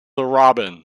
robin